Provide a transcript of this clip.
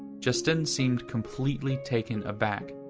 jestyn seemed completely taken aback,